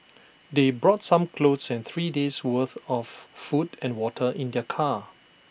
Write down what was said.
they brought some clothes and three days' worth of food and water in their car